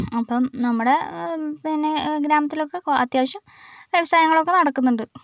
അപ്പം നമ്മുടെ പിന്നെ ഗ്രാമത്തിലൊക്കെ കൊ അത്യാവശ്യം വ്യവസായങ്ങളൊക്കെ നടക്കുന്നുണ്ട്